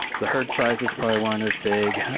the herd sizes probably weren't as big.